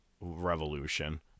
revolution